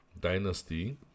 dynasty